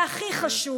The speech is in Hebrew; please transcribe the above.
והכי חשוב,